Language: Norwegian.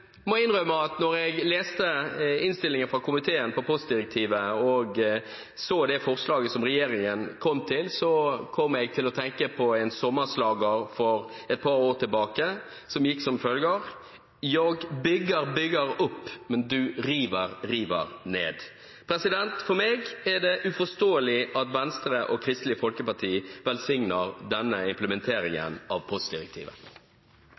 må innrømme at da jeg leste innstillingen fra komiteen om postdirektivet og så det forslaget som regjeringen kom med, kom jeg til å tenke på en sommerslager for et par år tilbake, som gikk som følger: «Jag bygger, bygger upp, O du river, river ner.» For meg er det uforståelig at Venstre og Kristelig Folkeparti velsigner denne implementeringen av postdirektivet.